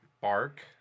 bark